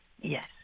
yes